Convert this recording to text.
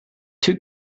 two